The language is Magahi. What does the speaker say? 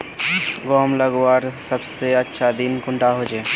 गहुम लगवार सबसे अच्छा दिन कुंडा होचे?